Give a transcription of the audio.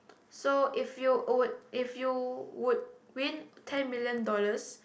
so if you would if you would win ten million dollars